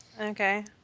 Okay